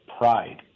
pride